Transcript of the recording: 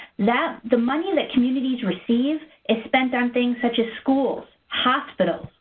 that the money that communities receive, is spent on things such as schools, hospitals,